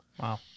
Wow